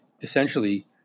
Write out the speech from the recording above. essentially